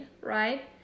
right